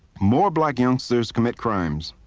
more black youngsters commit crimes.